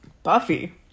Buffy